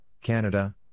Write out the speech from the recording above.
Canada